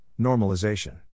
Normalization